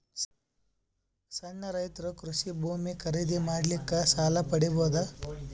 ಸಣ್ಣ ರೈತರು ಕೃಷಿ ಭೂಮಿ ಖರೀದಿ ಮಾಡ್ಲಿಕ್ಕ ಸಾಲ ಪಡಿಬೋದ?